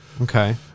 Okay